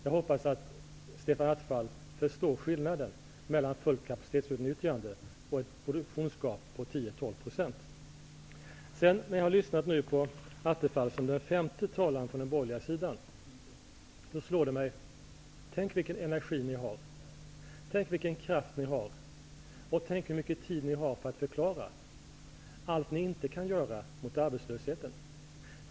Jag hoppas att Stefan Attefall förstår skillnaden mellan fullt kapacitetsutnyttjande och ett produktionsgap på 10--12 %. När jag nu har lyssnat på Stefan Attefall, som är den femte talaren från den borgerliga sidan, slår det mig: Tänk vilken energi ni har! Tänk vilken kraft ni har! Tänk hur mycket tid ni har för att förklara allt ni inte kan göra mot arbetslösheten!